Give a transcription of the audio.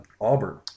Auburn